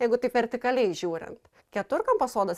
jeigu taip vertikaliai žiūrint keturkampas sodas